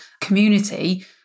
community